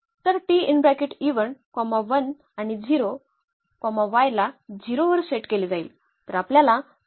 तर 1 आणि 0 y ला 0 वर सेट केले जाईल